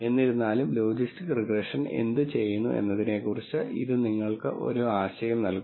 എന്നിരുന്നാലും logistic regression എന്തുചെയ്യുന്നു എന്നതിനെക്കുറിച്ച് ഇത് നിങ്ങൾക്ക് ഒരു ആശയം നൽകുന്നു